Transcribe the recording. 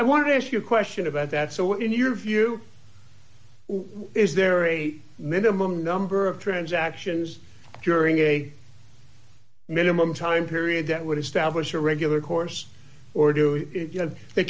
i want to ask you a question about that so in your view is there a minimum number of transactions during a minimum time period that would establish a regular course or do you